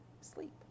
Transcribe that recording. sleep